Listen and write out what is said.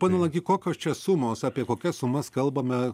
pone langy kokios čia sumos apie kokias sumas kalbame